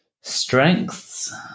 Strengths